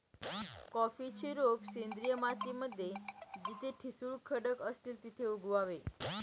कॉफीची रोप सेंद्रिय माती मध्ये जिथे ठिसूळ खडक असतील तिथे उगवावे